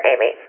Amy